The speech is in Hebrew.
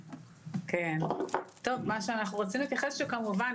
טוב מה שאנחנו רוצים להתייחס זה שכמובן,